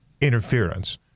interference